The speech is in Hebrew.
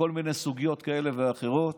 לכל מיני סוגיות כאלה ואחרות.